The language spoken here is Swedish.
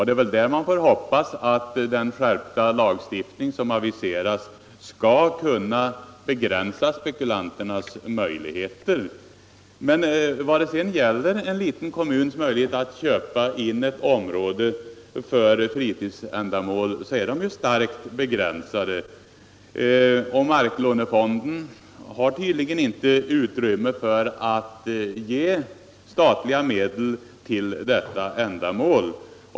Det är där man får hoppas att den skärpta lagstiftning som aviserats skall kunna begränsa spekulanternas möjligheter. Vad sedan gäller en liten kommuns möjligheter att inköpa ett område för fritidsändamål så är dessa möjligheter starkt begränsade. Marklånefonden har tydligen inte utrymme för att ge statliga medel till detta ändamål.